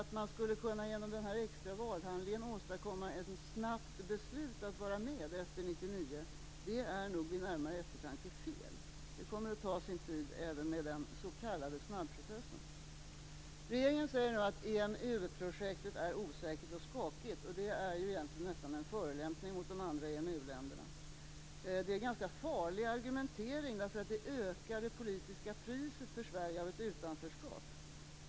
Att man genom den extra valhandlingen skulle kunna åstadkomma ett snabbt beslut att vara med efter 1999 är nog vid närmare eftertanke fel. Det kommer att ta sin tid även med den s.k. snabbprocessen. Regeringen säger nu att EMU-projektet är osäkert och skakigt. Det är egentligen nästan en förolämpning mot de andra EU-länderna. Det är en ganska farlig argumentering, därför att det ökar det politiska priset för Sverige av ett utanförskap.